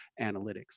analytics